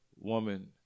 woman